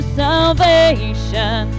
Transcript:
salvation